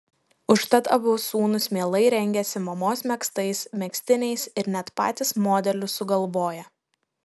užtat abu sūnūs mielai rengiasi mamos megztais megztiniais ir net patys modelius sugalvoja